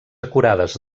acurades